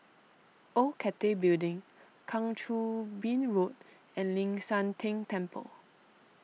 Old Cathay Building Kang Choo Bin Road and Ling San Teng Temple